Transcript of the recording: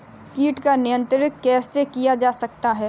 कीट पर नियंत्रण कैसे किया जा सकता है?